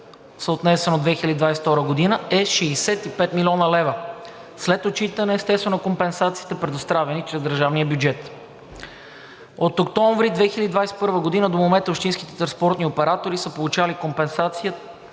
съотнесено към 2022 г. е 65 млн. лв. след отчитане, естествено, на компенсациите, предоставени чрез държавния бюджет. От октомври 2021 г. до момента общинските транспортни оператори са получавали компенсация